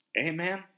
Amen